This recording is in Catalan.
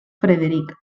frederic